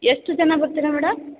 ಎಷ್ಟು ಜನ ಬರ್ತೀರ ಮೇಡಮ್